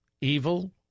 evil